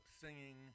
singing